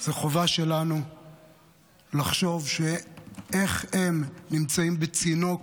זו החובה שלנו לחשוב איך הם נמצאים בצינוק,